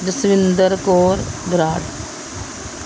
Jaswinder Kaur Brar